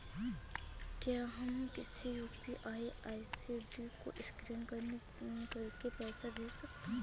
क्या हम किसी यू.पी.आई आई.डी को स्कैन करके पैसे भेज सकते हैं?